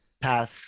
pass